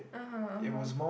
(uh huh) (uh huh)